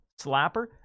slapper